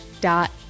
dot